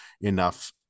enough